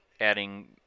adding